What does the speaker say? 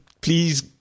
please